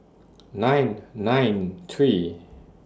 nine nine three